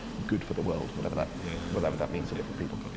good for the world, whatever that yeah but um that means to different people.